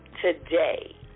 today